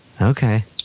Okay